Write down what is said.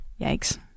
yikes